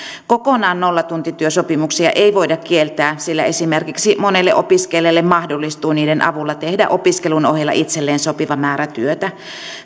kokonaan nollatuntityösopimuksia ei voida kieltää sillä esimerkiksi monelle opiskelijalle mahdollistuu niiden avulla tehdä opiskelun ohella itselleen sopiva määrä työtä